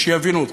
כדי שיבינו אותך,